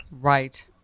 Right